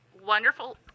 Wonderful